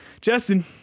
Justin